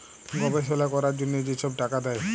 গবেষলা ক্যরার জ্যনহে যে ছব টাকা দেয়